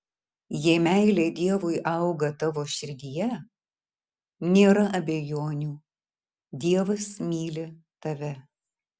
jei meilė dievui auga tavo širdyje nėra abejonių dievas myli tave